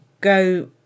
go